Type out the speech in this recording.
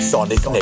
Sonic